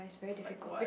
like what